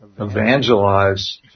evangelize